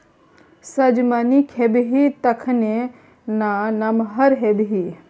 सजमनि खेबही तखने ना नमहर हेबही